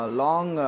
long